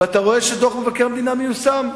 ואתה רואה שדוח מבקר המדינה מיושם,